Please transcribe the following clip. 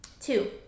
Two